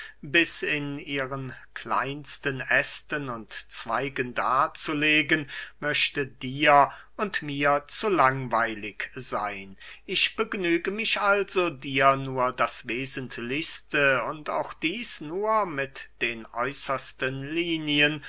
bis in ihren kleinsten ästen und zweigen darzulegen möchte dir und mir zu langweilig seyn ich begnüge mich also dir nur das wesentlichste und auch dieß nur mit den äußersten linien